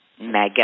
mega